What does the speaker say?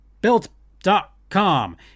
built.com